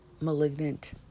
malignant